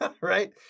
Right